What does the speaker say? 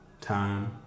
time